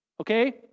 okay